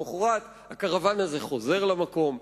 למחרת הקרוון הזה חוזר למקום.